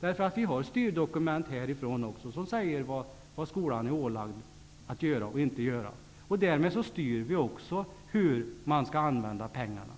Det finns nämligen styrdokument också härifrån där det sägs vad skolan är ålagd att göra och inte göra. Därmed styr vi också på sätt och vis hur man skall använda pengarna.